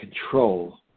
control